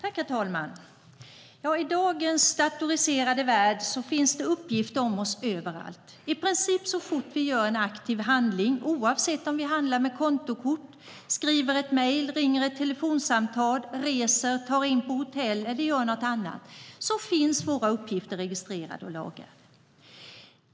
Herr talman! I dagens datoriserade värld finns uppgifter om oss överallt. I princip så fort vi gör en aktiv handling, oavsett om vi handlar med kontokort, skriver ett mejl, ringer ett telefonsamtal, reser, tar in på hotell eller gör något annat, finns våra uppgifter registrerade och lagrade.